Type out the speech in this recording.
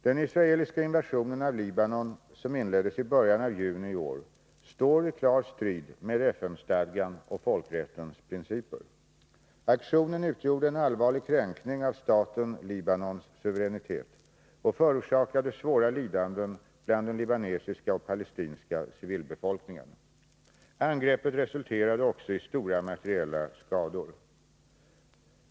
Den israeliska invasionen av Libanon, som inleddes i början av juni i år, står i klar strid med FN-stadgan och folkrättens principer. Aktionen utgjorde en allvarlig kränkning av staten Libanons suveränitet och förorsakade svåra lidanden bland den libanesiska och palestinska civilbefolkningen. Angreppet resulterade också i stora materiella skador.